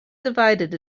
divided